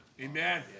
Amen